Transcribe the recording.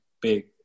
big